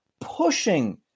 pushing